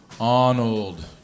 Arnold